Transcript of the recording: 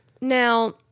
Now